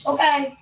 Okay